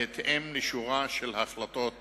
בהתאם לשורה של החלטות הממשלה.